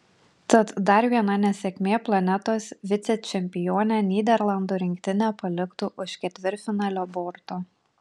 tad dar viena nesėkmė planetos vicečempionę nyderlandų rinktinę paliktų už ketvirtfinalio borto